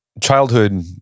Childhood